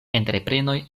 entreprenoj